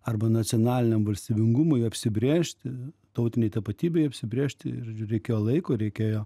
arba nacionaliniam valstybingumui apsibrėžti tautinei tapatybei apsibrėžti ir reikėjo laiko reikėjo